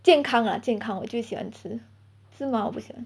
健康 lah 健康我最喜欢吃芝麻我不喜欢